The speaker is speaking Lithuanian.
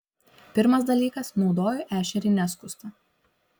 pirmas dalykas naudoju ešerį neskustą